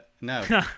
No